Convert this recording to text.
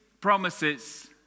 promises